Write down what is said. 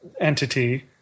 entity